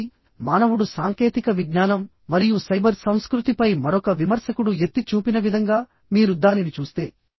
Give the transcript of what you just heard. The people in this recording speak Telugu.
కాబట్టి మానవుడు సాంకేతిక విజ్ఞానం మరియు సైబర్ సంస్కృతిపై మరొక విమర్శకుడు ఎత్తి చూపిన విధంగా మీరు దానిని చూస్తే